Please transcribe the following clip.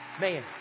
Man